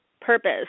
Purpose